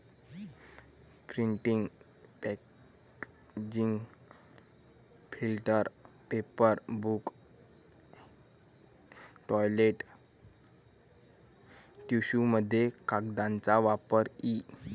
printing packaging filter paper book toilet टिश्यूमध्ये कागदाचा वापर इ